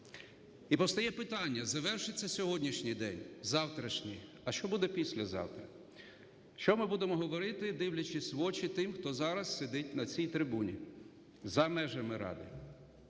І постає питання: завершиться сьогоднішній день, завтрашній, а що буде післязавтра? Що ми будемо говорити, дивлячись в очі тим, хто зараз сидить на цій трибуні за межами ради?